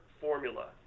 formula